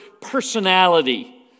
personality